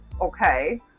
Okay